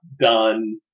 done